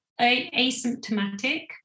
asymptomatic